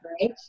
Right